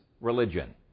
religion